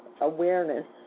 awareness